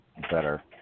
better